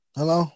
Hello